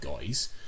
guys